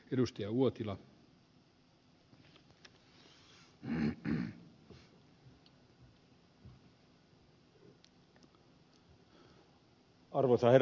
arvoisa herra puhemies